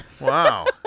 Wow